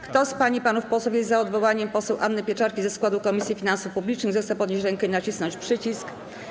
Kto z pań i panów posłów jest za odwołaniem poseł Anny Pieczarki ze składu Komisji Finansów Publicznych, zechce podnieść rękę i nacisnąć przycisk.